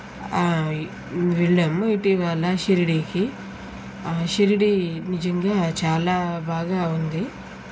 వెళ్ళాము ఇటీవల షిరిడీకి ఆ షిరిడీ నిజంగా చాలా బాగా ఉంది